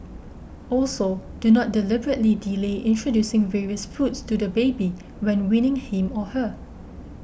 also do not deliberately delay introducing various foods to the baby when weaning him or her